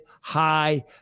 high